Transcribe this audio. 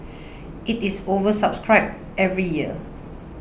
it is oversubscribed every year